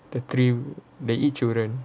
the three they eat children